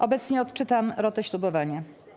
Obecnie odczytam rotę ślubowania.